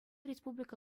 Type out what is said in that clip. республика